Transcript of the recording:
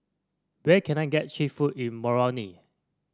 where can I get cheap food in Moroni